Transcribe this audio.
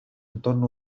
entorn